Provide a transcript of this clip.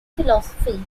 philosophy